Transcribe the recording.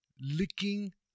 licking